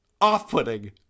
off-putting